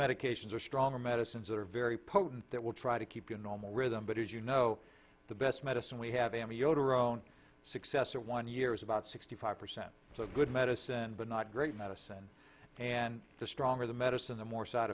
medications are stronger medicines that are very potent that will try to keep you normal rhythm but as you know the best medicine we have m yoder own successor one year is about sixty five percent so good medicine but not great medicine and the stronger the medicine the more side